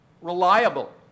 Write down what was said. reliable